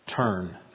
Turn